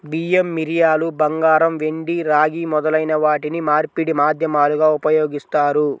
బియ్యం, మిరియాలు, బంగారం, వెండి, రాగి మొదలైన వాటిని మార్పిడి మాధ్యమాలుగా ఉపయోగిస్తారు